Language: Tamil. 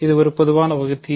இது ஒரு பொதுவான வகுத்தி